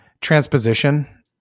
Transposition